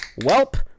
Welp